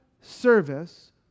service